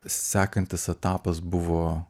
sekantis etapas buvo